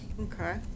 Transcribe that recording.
okay